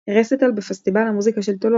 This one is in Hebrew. רסיטל בפסטיבל המוזיקה של טולוז,